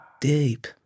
Deep